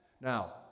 Now